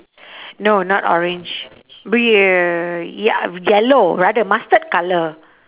no not orange br~ uh ya yellow rather mustard colour